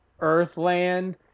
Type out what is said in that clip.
Earthland